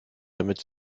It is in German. damit